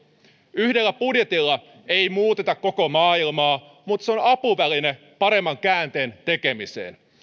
yhdellä budjetilla ei muuteta koko maailmaa mutta se on apuväline paremman käänteen tekemiseen